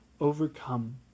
overcome